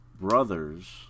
brothers